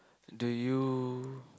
do you